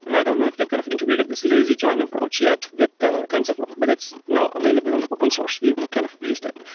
and i don't know if they kind of integrated this lazy join approach yet with the tensorflow. but it's now available on open source. we kind of used it.